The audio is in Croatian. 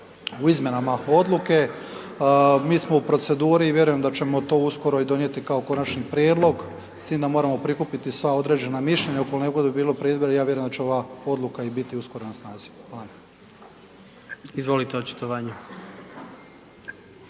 u izmjenama odluke, mi smo u proceduri, vjerujem da ćemo to uskoro i donijeti kao konačan prijedlog s tim da moramo prikupiti sva određena mišljenja ukoliko ne bude prije izbora, ja vjerujem da će ova odluka i biti uskoro na snazi, hvala. **Jandroković,